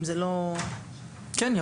כן.